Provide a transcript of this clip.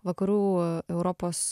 vakarų europos